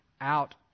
out